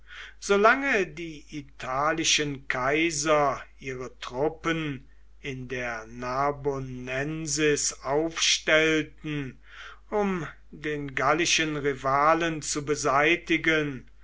die italischen kaiser ihre truppen in der narbonensis aufstellten um den gallischen rivalen zu beseitigen